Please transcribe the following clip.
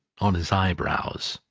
on his eyebrows,